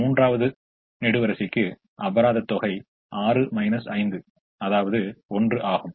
மூன்றாவது நெடுவரிசைக்கு அபராத தொகை 6 5 அதாவது 1 ஆகும்